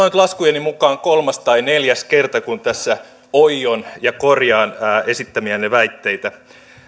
nyt laskujeni mukaan kolmas tai neljäs kerta kun tässä oion ja korjaan esittämiänne väitteitä